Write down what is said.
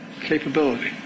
capability